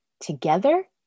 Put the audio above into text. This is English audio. together